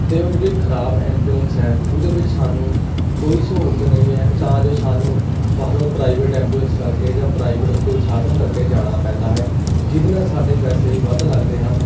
ਅਤੇ ਉਹ ਜਿਹੜੀ ਖਰਾਬ ਐਂਬੂਲੈਂਸ ਹੈ ਉਹਦੇ ਵਿੱਚ ਸਾਨੂੰ ਕੋਈ ਸਹੂਲਤ ਨਹੀਂ ਹੈ ਤਾਂ ਜੋ ਸਾਨੂੰ ਬਾਹਰੋਂ ਪ੍ਰਾਈਵੇਟ ਐਬੁਲੈਂਸ ਕਰਕੇ ਜਾਂ ਪ੍ਰਾਈਵੇਟ ਕੋਈ ਸਾਧਨ ਕਰਕੇ ਜਾਣਾ ਪੈਂਦਾ ਹੈ ਜਿਹਦੇ ਨਾਲ ਸਾਡੇ ਪੈਸੇ ਵੀ ਵੱਧ ਲੱਗਦੇ ਹਨ